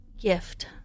gift